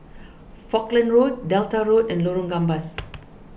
Falkland Road Delta Road and Lorong Gambas